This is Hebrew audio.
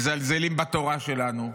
מזלזלים בתורה שלנו,